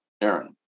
Aaron